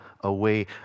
away